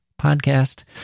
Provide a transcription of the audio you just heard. podcast